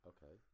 Okay